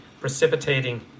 precipitating